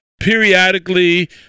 periodically